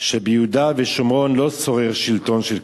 שביהודה ושומרון לא שורר שלטון של כיבוש.